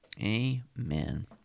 Amen